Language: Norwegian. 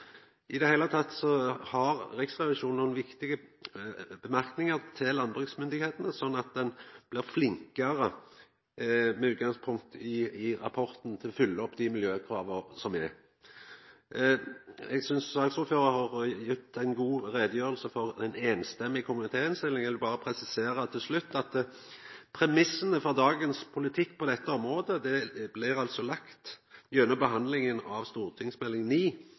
I det heile har Riksrevisjonen nokre viktige merknader til landbruksmyndigheitene, slik at dei blir flinkare – med utgangspunkt i rapporten – til å oppfylla dei miljøkrava som er. Eg synest saksordføraren hadde ei god utgreiing om den samrøystes komitéinnstillinga. Eg vil til slutt berre presisera at premissane for dagens politikk på dette området blir lagde gjennom behandlinga av